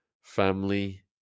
family